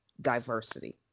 diversity